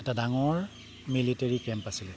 এটা ডাঙৰ military camp আছিলে